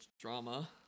drama